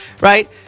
right